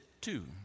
two